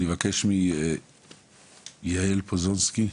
יעל פוזננסקי,